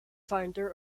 founder